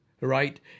right